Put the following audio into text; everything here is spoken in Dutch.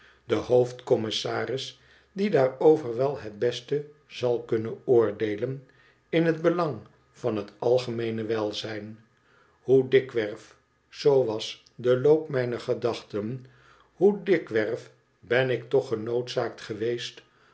hoofd commissaris die daarover wel het beste zal kunnen oordeelen in het belang van het algemoene welzijn hoe dikwerf zoo was de loop mijner gedachten hoe dikwerf ben ik toch genoodzaakt geweest